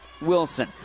Wilson